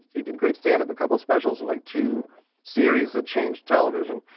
he did great standup, a couple of specials and like two series that changed television.